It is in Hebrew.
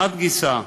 מחד גיסא,